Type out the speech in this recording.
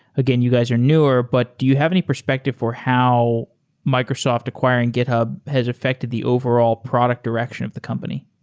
again, you guys are newer, but do you have any perspective for how microsoft acquiring github has affected the overall product direction of the company?